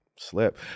Slip